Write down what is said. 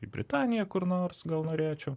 į britaniją kur nors gal norėčiau